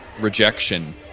rejection